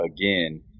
again